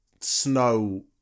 snow